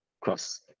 cross